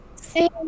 see